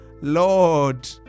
Lord